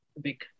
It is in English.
big